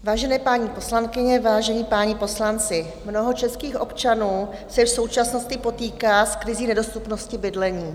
Vážené paní poslankyně, vážení páni poslanci, mnoho českých občanů se v současnosti potýká s krizí nedostupnosti bydlení.